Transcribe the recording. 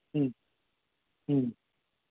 હમ હમ